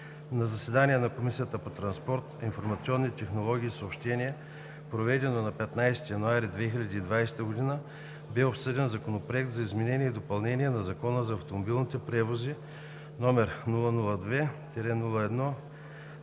На заседание на Комисията по транспорт, информационни технологии и съобщения, проведено на 15 януари 2020 г., бе обсъден Законопроект за изменение и допълнение на Закона за автомобилните превози, № 002-01-2,